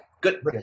good